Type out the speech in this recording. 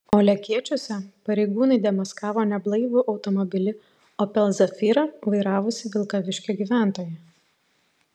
o lekėčiuose pareigūnai demaskavo neblaivų automobilį opel zafira vairavusį vilkaviškio gyventoją